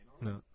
No